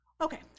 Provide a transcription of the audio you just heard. Okay